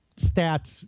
stats